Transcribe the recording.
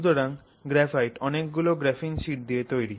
সুতরাং গ্রাফাইট অনেক গুলো গ্রাফিন শিট দিয়ে তৈরি